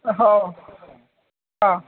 हो हां